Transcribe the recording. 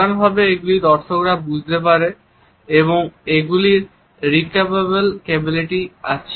সাধারণভাবে এগুলি দর্শকরা বুঝতে পারে এবং এগুলির রিপিট্যাবল ক্যাপাবিলিটি আছে